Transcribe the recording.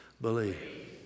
Believe